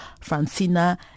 Francina